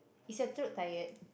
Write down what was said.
is your throat tired